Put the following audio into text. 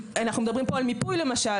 אנחנו מדברים פה על מיפוי למשל.